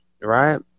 right